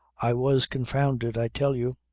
i was confounded i tell you.